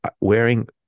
wearing